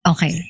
Okay